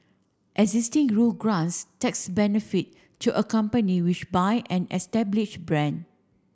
existing rule grants tax benefit to a company which buy an established brand